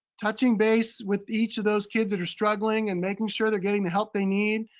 touching base with each of those kids that are struggling and making sure they're getting the help they need,